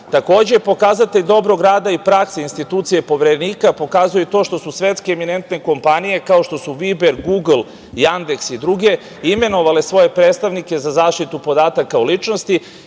je pokazatelj dobrog rada i praksa institucije Poverenika i to što su svetske eminente kompanije, kao što su Viber, Gugl, Jandeks i druge imenovale svoje predstavnike za zaštitu podataka o ličnosti